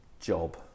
job